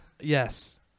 Yes